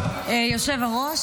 היושב-ראש,